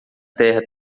terra